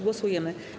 Głosujemy.